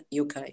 UK